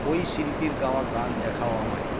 ওই শিল্পীর গাওয়া গান দেখাও আমায়